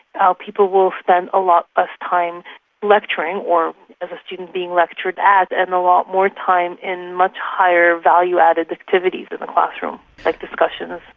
ah people will spend a lot less ah time lecturing, or as a student being lectured at, and a lot more time in much higher value added activities in the classroom, like discussions,